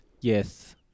Yes